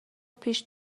پیش